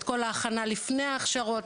את כל ההכנה לפני ההכשרות,